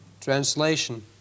translation